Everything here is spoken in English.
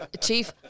Chief